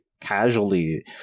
casually